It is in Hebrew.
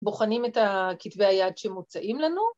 ‫בוחנים את כתבי היד שמוצעים לנו?